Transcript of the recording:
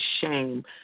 shame